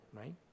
right